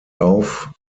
auf